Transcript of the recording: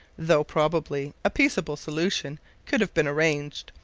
though probably a peaceable solution could have been arranged,